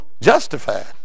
justified